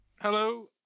Hello